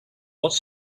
lots